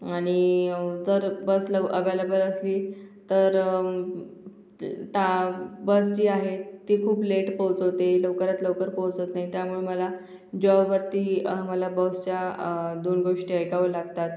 आणि जर बस लव अवॅलॅबल असली तर ता बस जी आहे ती खूप लेट पोहोचवते लवकरात लवकर पोहोचत नाही त्यामुळं मला जॉबवरती अहमला बसच्या दोन गोष्टी ऐकावं लागतात